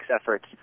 efforts